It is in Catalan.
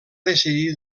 decidir